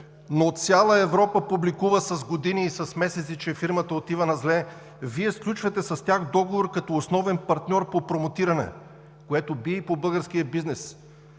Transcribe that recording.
но цяла Европа публикува с години и с месеци, че фирмата отива на зле, а Вие сключвате с тях договор като основен партньор по промотиране, което бие и по българския бизнес.